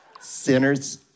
Sinners